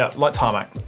ah like tarmac.